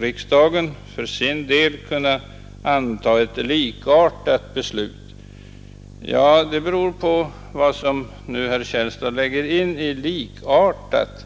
riksdagen för sin del skulle kunna fatta ett likartat beslut. Ja, det beror på vad herr Källstad lägger in i ordet likartat.